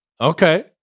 Okay